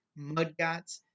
Mudgots